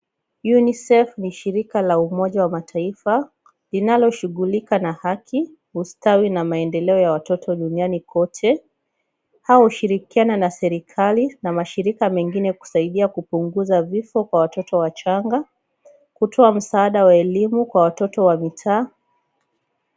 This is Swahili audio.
UNICEF ni shirika la umoja wa mataifa linalo shughulika na haki, ustawi na maendeleo ya watoto duniani kwote. Hao hushirikiana na serikali na mashirika mengine kusaidia kupunguza vifo kwa watoto wachanga, kutoa msaada wa elimu kwa watoto wa mitaa.